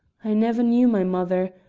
i never knew my mother,